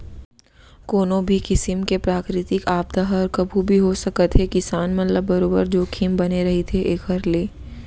कोनो भी किसिम के प्राकृतिक आपदा हर कभू भी हो सकत हे किसान मन ल बरोबर जोखिम बने रहिथे एखर ले